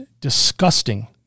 disgusting